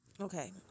Okay